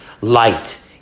Light